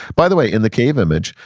by the way, in the cave image,